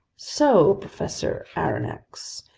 so, professor aronnax,